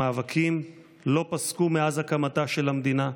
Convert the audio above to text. המאבקים לא פסקו מאז הקמתה של המדינה.